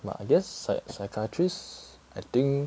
but I guess psy~ psychiatrist I think